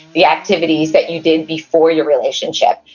the activities that you did before your relationship.